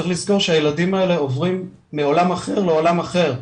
צריך לזכור שהילדים האלה עוברים מעולם אחר לעולם אחר.